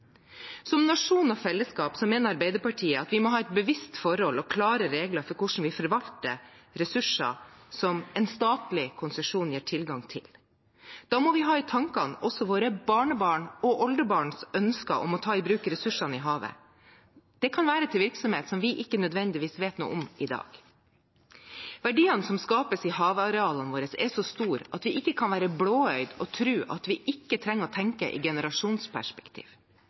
Som nasjon og fellesskap mener Arbeiderpartiet at vi må ha et bevisst forhold til og klare regler for hvordan vi forvalter ressurser som en statlig konsesjon gir tilgang til. Da må vi ha i tankene også våre barnebarn og oldebarns ønsker om å ta i bruk ressursene i havet. Det kan være til virksomhet vi ikke nødvendigvis vet noe om i dag. Verdiene som skapes i havarealene våre, er så store at vi ikke kan være blåøyde og tro at vi ikke trenger å tenke i generasjonsperspektiv.